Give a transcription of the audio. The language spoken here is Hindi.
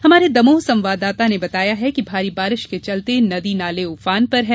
हमारे दमोह संवाददाता ने बताया है कि भारी बारिश के चलते नदी नाले उफान पर हैं